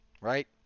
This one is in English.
right